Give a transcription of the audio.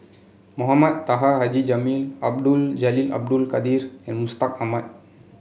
Mohamed Taha Haji Jamil Abdul Jalil Abdul Kadir and Mustaq Ahmad